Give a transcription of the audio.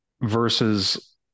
Versus